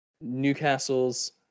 Newcastle's